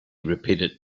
repeated